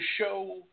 show